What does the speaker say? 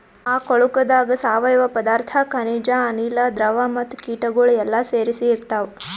ಆ ಕೊಳುಕದಾಗ್ ಸಾವಯವ ಪದಾರ್ಥ, ಖನಿಜ, ಅನಿಲ, ದ್ರವ ಮತ್ತ ಕೀಟಗೊಳ್ ಎಲ್ಲಾ ಸೇರಿಸಿ ಇರ್ತಾವ್